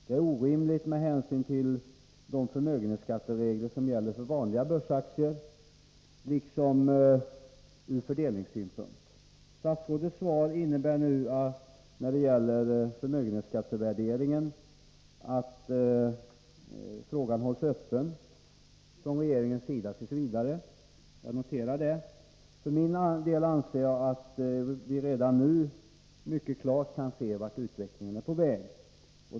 Det är orimligt med hänsyn till de förmögenhetsskatteregler som gäller för vanliga börsaktier, liksom ur fördelningssynpunkt. Statsrådets svar innebär att regeringen t. v. håller frågan om förmögenhetsskattevärderingen öppen. Jag noterar det. För min del anser jag att vi redan nu mycket klart kan se vart utvecklingen är på väg.